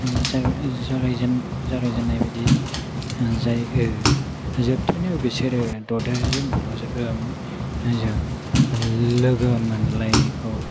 जागायजेन्नायबायदि जायो जोबथारनायाव बिसोरो ददेरेजों गल'जों लोगो मोनलायिखौ